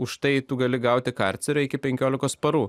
už tai tu gali gauti karcerį iki penkiolikos parų